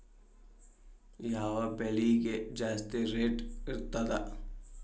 ಯಾವ ಬೆಳಿಗೆ ಜಾಸ್ತಿ ರೇಟ್ ಇರ್ತದ?